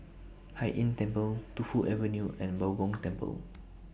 Hai Inn Temple Tu Fu Avenue and Bao Gong Temple